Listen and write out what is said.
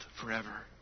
forever